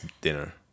dinner